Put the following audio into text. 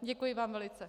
Děkuji vám velice.